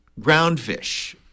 groundfish